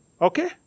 Okay